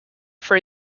for